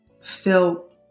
felt